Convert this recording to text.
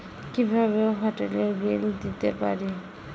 কিভাবে হোটেলের বিল দিতে পারি?